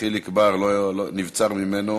חיליק בר, נבצר ממנו.